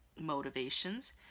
motivations